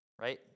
right